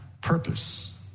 purpose